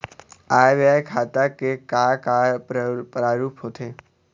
आय व्यय खाता के का का प्रारूप होथे?